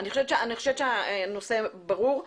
אני חושבת שהנושא ברור.